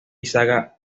saga